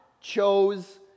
chose